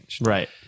Right